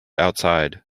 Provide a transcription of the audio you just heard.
outside